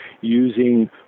using